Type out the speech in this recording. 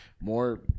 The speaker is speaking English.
more